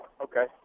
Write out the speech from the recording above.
Okay